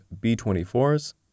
B-24s